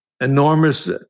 enormous